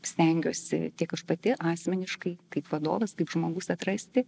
stengiuosi tiek aš pati asmeniškai kaip vadovas kaip žmogus atrasti